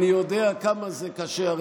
אני יודע כמה זה קשה.